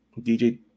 DJ